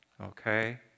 okay